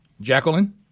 Jacqueline